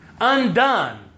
undone